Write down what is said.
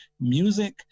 music